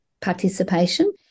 participation